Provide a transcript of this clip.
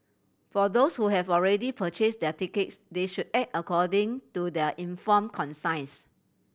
for those who have already purchased their tickets they should act according to their informed conscience